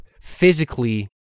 physically